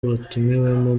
batumiwemo